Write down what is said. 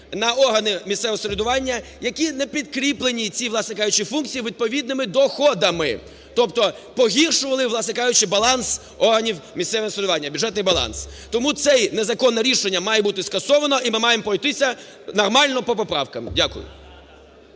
на органи місцевого самоврядування, які не підкріплені цій, власне кажучи, функції відповідними доходами. Тобто погіршували, власне кажучи, баланс органів місцевого самоврядування, бюджетний баланс. Тому це незаконне рішення має бути скасовано, і ми маємо пройтися нормально по правкам. Дякую.